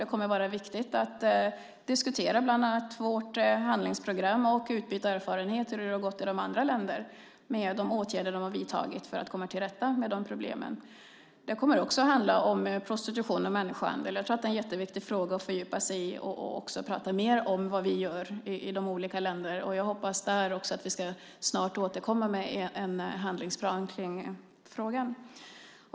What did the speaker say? Det kommer att vara viktigt att diskutera bland annat vårt handlingsprogram och utbyta erfarenheter med de andra länderna om hur det har gått där med de åtgärder de har vidtagit för att komma till rätta med de problemen. Det kommer också att handla om prostitution och människohandel. Jag tror att det är en jätteviktig fråga att fördjupa sig i och att också prata mer om vad vi gör i de olika länderna. Jag hoppas där också att vi snart ska återkomma med en handlingsplan i frågan.